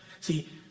See